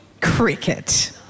Cricket